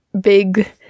big